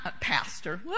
Pastor